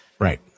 Right